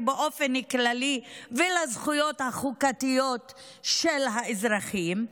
באופן כללי ולזכויות החוקתיות של האזרחים,